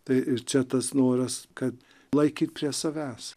tai ir čia tas noras kad laikyt prie savęs